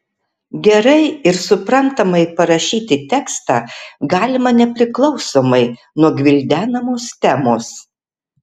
gerai ir suprantamai parašyti tekstą galima nepriklausomai nuo gvildenamos temos